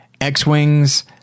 X-Wings